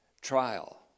trial